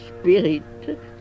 spirit